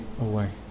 away